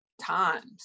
times